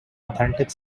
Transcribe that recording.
authentic